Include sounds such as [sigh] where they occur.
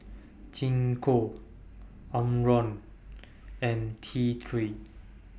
[noise] Gingko Omron [noise] and T three